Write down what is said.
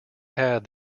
had